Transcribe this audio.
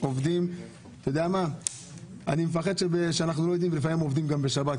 אני מפחד שהם עובדים גם בשבת,